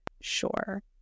sure